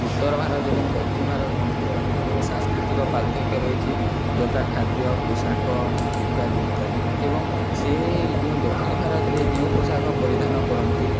ଉତ୍ତର ଭାରତ ଏବଂ ଦକ୍ଷିଣ ଭାରତ ମଧ୍ୟରେ ଅନେକ ଗୁଡ଼ିଏ ସାଂସ୍କୃତିକ ପାର୍ଥକ୍ୟ ରହିଛି ଯଥା ଖାଦ୍ୟ ପୋଷାକ ଇତ୍ୟାଦି ଇତ୍ୟାଦି ଏବଂ ସେ ଯେଉଁ ଦକ୍ଷିଣ ଭାରତରେ ଯେଉଁ ପୋଷାକ ପରିଧାନ କରନ୍ତି